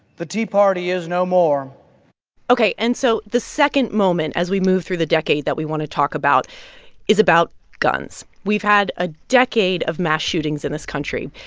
the tea party is no more ok, and so the second moment as we move through the decade that we want to talk about is about guns. we've had a decade of mass shootings in this country,